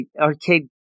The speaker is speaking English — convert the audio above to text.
Arcade